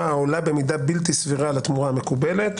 העולה במידה בלתי סבירה על התמורה המקובלת,